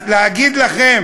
אז להגיד לכם